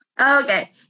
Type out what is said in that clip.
Okay